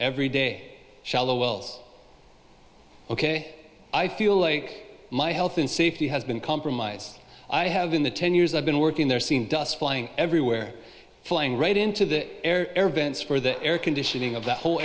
every day shallow wells ok i feel like my health and safety has been compromised i have in the ten years i've been working there seen dust flying everywhere flying right into the air air vents for the air conditioning of the whole